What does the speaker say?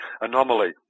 anomaly